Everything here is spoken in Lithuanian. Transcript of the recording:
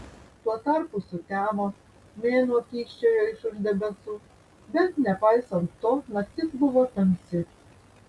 tuo tarpu sutemo mėnuo kyščiojo iš už debesų bet nepaisant to naktis buvo tamsi